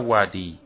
Wadi